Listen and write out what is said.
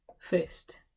first